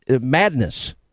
madness